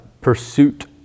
pursuit